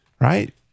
right